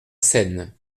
seine